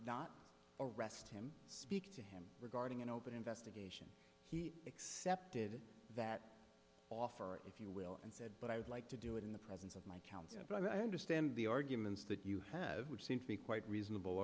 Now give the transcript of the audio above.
not arrest him speak to him regarding an open investing he accepted that offer if you will and said but i would like to do it in the present council but i understand the arguments that you have which seem to be quite reasonable